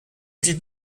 did